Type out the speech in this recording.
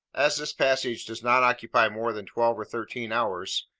as this passage does not occupy more than twelve or thirteen hours,